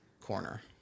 Corner